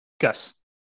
gus